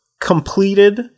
completed